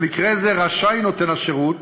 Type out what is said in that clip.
במקרה זה רשאי נותן השירות